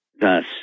thus